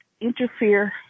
interfere